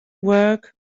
work